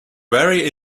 very